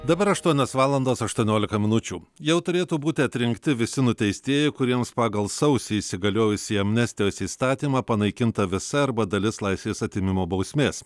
dabar aštuonios valandos aštuoniolika minučių jau turėtų būti atrinkti visi nuteistieji kuriems pagal sausį įsigaliojusį amnestijos įstatymą panaikinta visa arba dalis laisvės atėmimo bausmės